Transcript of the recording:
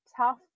tough